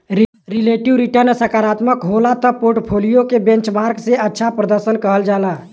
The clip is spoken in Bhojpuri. रिलेटिव रीटर्न सकारात्मक होला त पोर्टफोलियो के बेंचमार्क से अच्छा प्रर्दशन कहल जाला